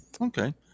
Okay